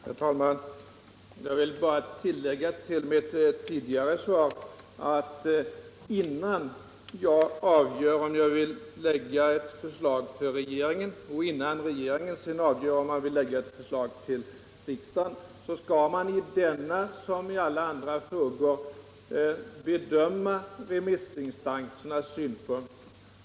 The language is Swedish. Herr talman! Jag vill bara tillägga till mitt svar att innan jag avgör om jag vill lägga ett förslag för regeringen och innan regeringen sedan avgör om den vill lägga ett förslag för riksdagen skall man i denna som i alla andra frågor bedöma remissinstansernas synpunkter.